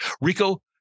Rico